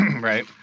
right